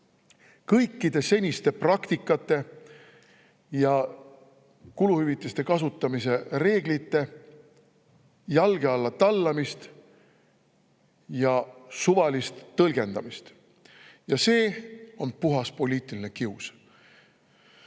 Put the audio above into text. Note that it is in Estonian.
kõikide seniste praktikate ja kuluhüvitiste kasutamise reeglite jalge alla tallamise ja suvalise tõlgendamisega. See on puhas poliitiline kius.